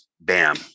bam